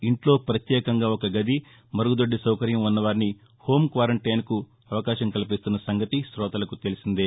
ఇంట్లో ప్రత్యేకంగా ఒక గది మరుగుదొడ్డి సౌకర్యం ఉన్నవారిని హోం క్వారంట్రెన్కు అవకాశం కల్పిస్తున్న సంగతి శోతలకు తెలిసిందే